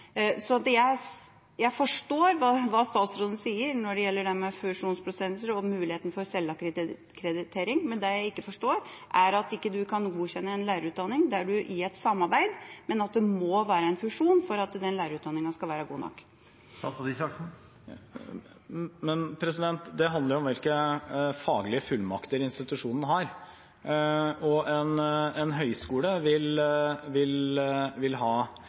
det jeg ikke forstår, er at ikke statsråden kan godkjenne en lærerutdanning der man er i et samarbeid, og at det må være fusjon for at lærerutdanninga skal være god nok. Det handler om hvilke faglige fullmakter institusjonen har, og en høyskole med universitet, en vitenskapelig høyskole med universitet, vil ha